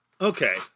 okay